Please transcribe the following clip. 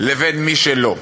למי שלא,